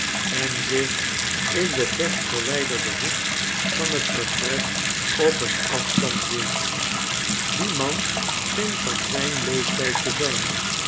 en zich in den verst rerwijderden hoek van het vertrek op een afstand hield die man scheen van zijn leeftijd te zijn